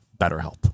BetterHelp